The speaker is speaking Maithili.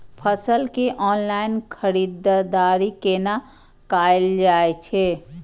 फसल के ऑनलाइन खरीददारी केना कायल जाय छै?